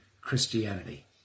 Christianity